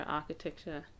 architecture